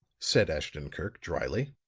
said ashton-kirk, dryly,